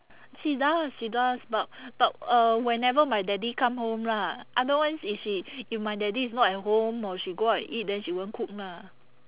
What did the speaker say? she does she does but but uh whenever my daddy come home lah otherwise if she if my daddy is not at home or she go out and eat then she won't cook lah